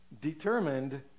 determined